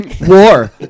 War